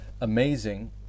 amazing